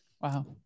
Wow